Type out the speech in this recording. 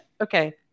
Okay